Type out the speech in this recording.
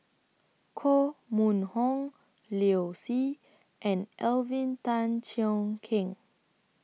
Koh Mun Hong Liu Si and Alvin Tan Cheong Kheng